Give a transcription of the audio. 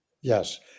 Yes